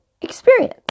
experience